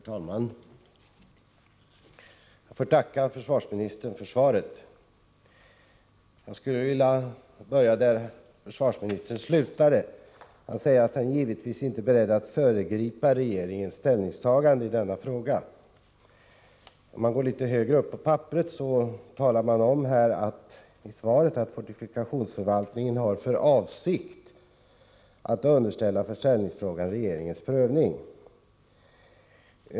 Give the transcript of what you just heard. Herr talman! Jag tackar försvarsministern för svaret. Jag skulle vilja börja där försvarsministern slutar. Han säger att han givetvis inte är ”beredd att föregripa regeringens ställningstagande i denna fråga”. Litet tidigare i svaret säger han att ”fortifikationsförvaltningen har för avsikt att underställa försäljningsfrågan regeringens prövning”.